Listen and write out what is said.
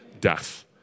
death